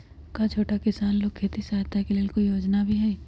का छोटा किसान लोग के खेती सहायता के लेंल कोई योजना भी हई?